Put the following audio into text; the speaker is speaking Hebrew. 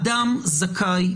אדם זכאי,